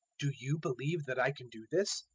do you believe that i can do this?